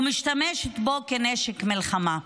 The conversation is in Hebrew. ומשתמשת בו כנשק מלחמה.